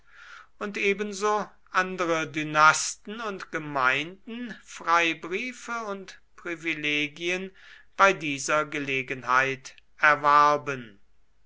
und ebenso andere dynasten und gemeinden freibriefe und privilegien bei dieser gelegenheit erwarben